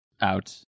out